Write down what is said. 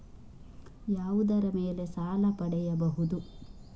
ಯಾವುದರ ಮೇಲೆ ಸಾಲ ಪಡೆಯಬಹುದು?